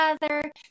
together